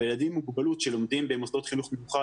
אבל ילדים עם מוגבלות שלומדים במוסדות חינוך מיוחד